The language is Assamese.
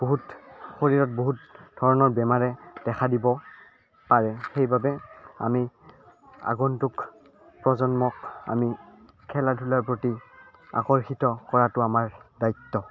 বহুত শৰীৰত বহুত ধৰণৰ বেমাৰে দেখা দিব পাৰে সেইবাবে আমি আগন্তুক প্ৰজন্মক আমি খেলা ধূলাৰ প্ৰতি আকৰ্ষিত কৰাতো আমাৰ দায়িত্ব